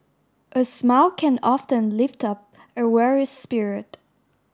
a smile can often lift up a weary spirit